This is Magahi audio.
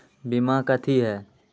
बीमा कथी है?